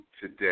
today